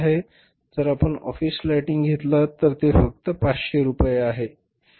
जर आपण office lighting घेतला तर ते फक्त 500 रुपये आहे बरोबर